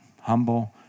Humble